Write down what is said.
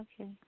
Okay